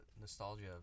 nostalgia